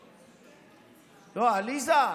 עליזה,